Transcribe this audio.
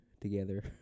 together